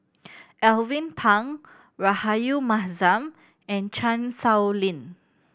Alvin Pang Rahayu Mahzam and Chan Sow Lin